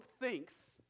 thinks